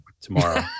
tomorrow